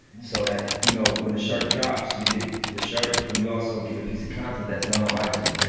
so that you know when the shirt drops, you get the shirt, but and you also get a piece of content that's not on itunes,